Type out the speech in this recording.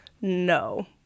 no